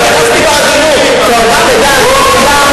אם אתה היית נדרש לעשות את זה,